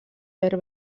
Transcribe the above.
verd